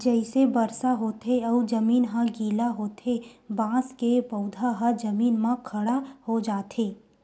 जइसे बरसा होथे अउ जमीन ह गिल्ला होथे बांस के पउधा ह जमीन म खड़ा हो जाथे